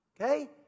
Okay